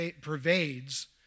pervades